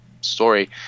story